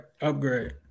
upgrade